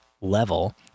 level